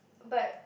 but